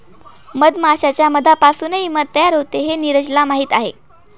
मधमाश्यांच्या मधापासूनही मध तयार होते हे नीरजला माहीत आहे